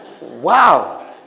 Wow